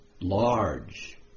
large